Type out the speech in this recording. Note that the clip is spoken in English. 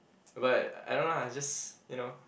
but I don't know lah I just you know